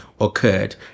occurred